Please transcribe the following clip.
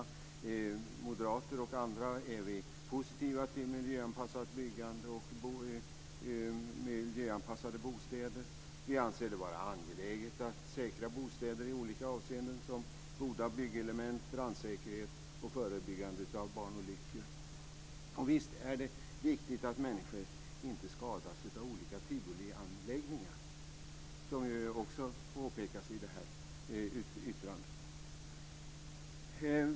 Vi moderater och andra är positiva till miljöanpassat byggande och miljöanpassade bostäder. Vi anser det vara angeläget att säkra bostäder i olika avseenden, som goda byggelement, brandsäkerhet och förebyggande av barnolyckor. Visst är det viktigt att människor inte skadas av olika tivolianläggningar, som också påpekas i yttrandet.